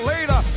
Later